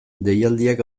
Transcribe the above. deialdiak